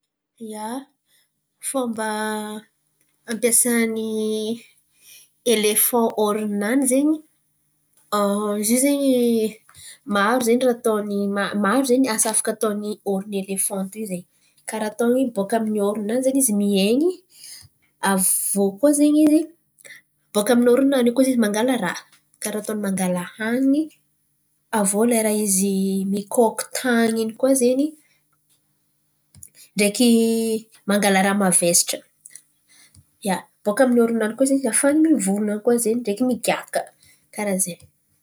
Ia, fomba ampiasany elefan oron̈o-nany zen̈y an zo zen̈y. Maro zen̈y raha ataony maro zen̈y asa afaka ataony oron̈o ny elefan ty zen̈y. Karà ataony beka amy oron̈o-nany izy mihain̈y aviô koa zen̈y izy beka amy oron̈o-niany koa izy mangala raha. Karà ataony mangala hanin̈y aviô lera izy mikaoko tan̈y in̈y koa zen̈y ndraiky mangala raha mavesatra. Ia, baka amin’ny oron̈o-nany koa ze izy afahany mivolan̈a koa zen̈y ndraiky migiaka.